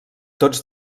tots